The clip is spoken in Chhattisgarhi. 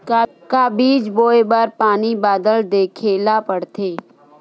का बीज बोय बर पानी बादल देखेला पड़थे?